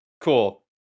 cool